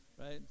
right